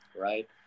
right